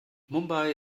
mumbai